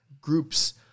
groups